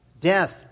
death